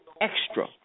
extra